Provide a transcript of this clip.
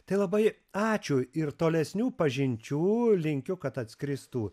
tai labai ačiū ir tolesnių pažinčių linkiu kad atskristų